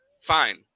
Fine